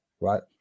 right